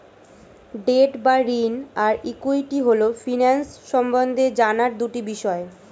date বা ঋণ আর ইক্যুইটি হল ফিন্যান্স সম্বন্ধে জানার দুটি বিষয়